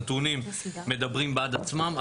הנתונים מדברים בעד עצמם.